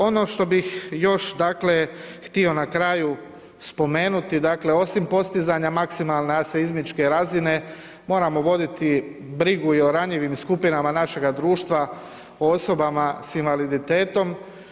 Ono što bih još dakle htio na kraju spomenuti, dakle osim postizanja maksimalne aseizmičke razine moramo voditi brigu i o ranjivim skupinama našega društva, o osobama s invaliditetom.